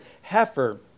heifer